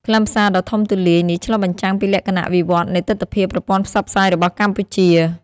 ខ្លឹមសារដ៏ធំទូលាយនេះឆ្លុះបញ្ចាំងពីលក្ខណៈវិវត្តនៃទិដ្ឋភាពប្រព័ន្ធផ្សព្វផ្សាយរបស់កម្ពុជា។